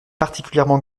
particulièrement